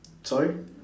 sorry